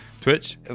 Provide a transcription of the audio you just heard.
Twitch